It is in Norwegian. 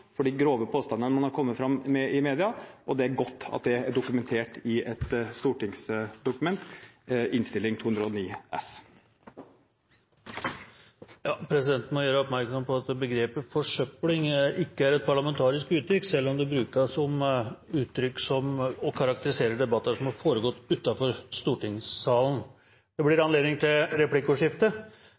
for de grove påstandene de har kommet med i media, og det er godt at det er dokumentert i et stortingsdokument – i Innst. 209 S. Presidenten må gjøre oppmerksom på at begrepet «forsøpling» ikke er et parlamentarisk uttrykk, selv om det brukes for å karakterisere debatter som har foregått utenfor stortingssalen. Det blir anledning til replikkordskifte.